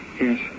Yes